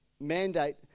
mandate